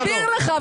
הוא מסביר לך,